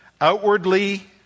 Outwardly